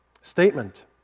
Statement